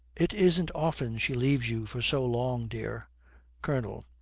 it isn't often she leaves you for so long, dear colonel.